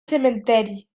cementeri